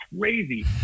crazy